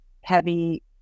heavy